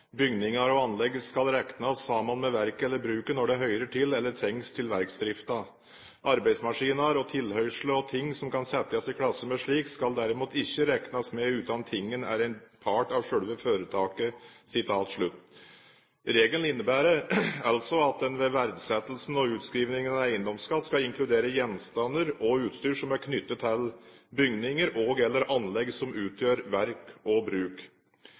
«Bygningar og anlegg skal reknast saman med verket eller bruket når dei høyrer til eller trengst til verksdrifta. Arbeidsmaskinar og tilhøyrsle og ting som kan setjast i klasse med slikt, skal derimot ikkje reknast med utan tingen er ein part av sjølve føretaket.» Regelen innebærer altså at man ved verdsettelsen og utskrivningen av eiendomsskatt skal inkludere gjenstander og utstyr som er knyttet til bygninger og/eller anlegg som utgjør verk og bruk.